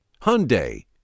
Hyundai